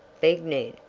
begged ned.